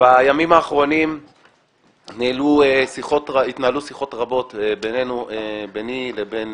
בימים האחרונים התנהלו שיחות רבות ביני לבין